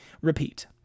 Repeat